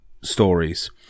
stories